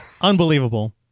unbelievable